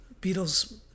Beatles